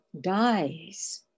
dies